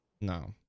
No